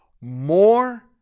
more